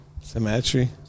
Symmetry